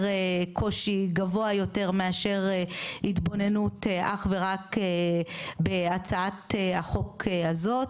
קושי גבוה יותר מאשר התבוננות אך ורק בהצעת החוק הזאת,